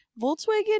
volkswagen